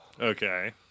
Okay